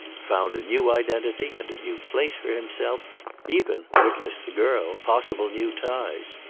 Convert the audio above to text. found a new identity and a new place for himself even, witness the girl, possible new ties.